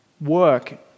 work